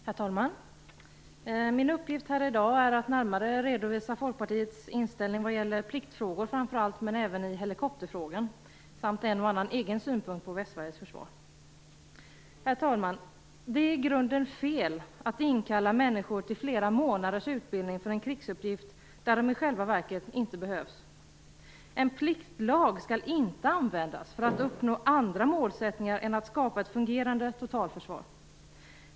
Herr talman! Min uppgift i dag är att närmare redovisa Folkpartiets inställning, framför allt vad gäller pliktfrågor, men även i helikopterfrågan samt att ge en och annan egen synpunkt på Västsveriges försvar. Det är i grunden fel att inkalla människor till flera månaders utbildning för en krigsuppgift som de i själva verket inte behövs för. En pliktlag skall inte användas för att uppnå andra målsättningar än att skapa ett fungerande totalförsvar.